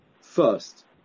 first